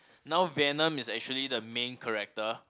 now Venom is actually the main character